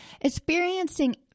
Experiencing